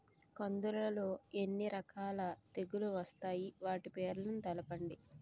కందులు లో ఎన్ని రకాల తెగులు వస్తాయి? వాటి పేర్లను తెలపండి?